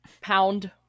pound